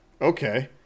Okay